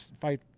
fight